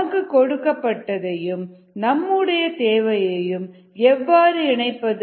நமக்கு கொடுக்கப்பட்ட தையும் நம்முடைய தேவையையும் எவ்வாறு இணைப்பது